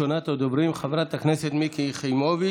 מס' 285,